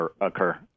occur